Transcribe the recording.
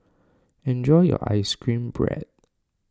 enjoy your Ice Cream Bread